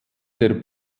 der